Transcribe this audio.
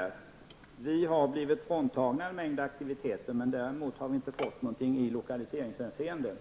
Vårt län har blivit fråntaget en mängd aktiviteter, men vi har inte fått något i lokaliseringshänseende.